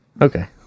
Okay